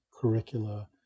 curricula